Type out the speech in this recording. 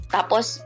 Tapos